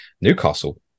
Newcastle